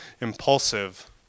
impulsive